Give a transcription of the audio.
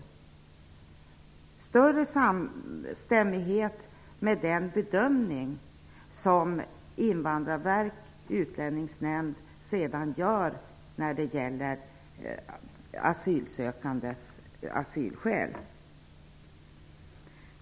Det måste vara en större samstämmighet i den bedömning som Invandrarverket och Utlänningsnämnden sedan gör av asylsökandes asylskäl.